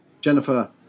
Jennifer